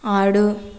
ఆడు